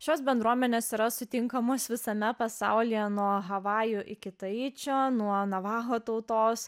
šios bendruomenės yra sutinkamos visame pasaulyje nuo havajų iki taičio nuo navaho tautos